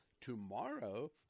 tomorrow